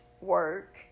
work